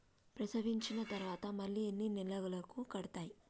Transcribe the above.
ప్రసవించిన తర్వాత మళ్ళీ ఎన్ని నెలలకు కడతాయి?